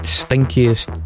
stinkiest